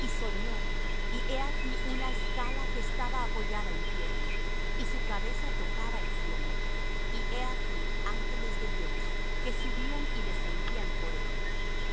y soñó y he aquí una escala que estaba apoyada en tierra y su cabeza tocaba en el cielo y he aquí ángeles de dios que subían y descendían por ella